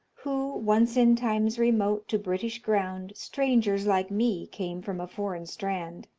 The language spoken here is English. who, once in times remote, to british ground strangers like me came from a foreign strand.